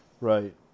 Right